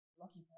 Lucky